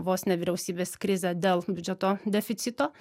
vos ne vyriausybės krizę dėl biudžeto deficito